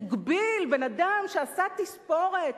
תגביל בן-אדם שעשה תספורת,